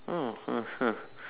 oh